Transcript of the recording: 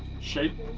shape.